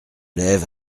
lève